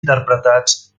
interpretats